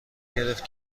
گرفت